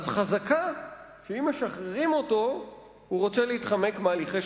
חזקה שאם משחררים אותו הוא רוצה להתחמק מהליכי